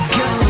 go